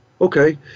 Okay